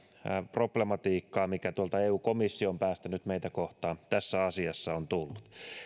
problematiikkaa mikä tuolta eu komission päästä nyt meitä kohtaan tässä asiassa on tullut